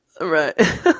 Right